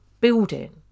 building